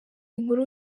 inkuru